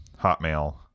Hotmail